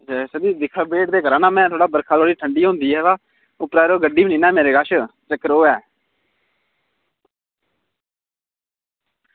sir ji wait ते में करा ना की बर्खा थोह्ड़ी ठंडी होंदी ऐ उप्परा यरो गड्डी नना मेरे कश चक्कर ओह् ऐ